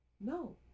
No